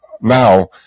Now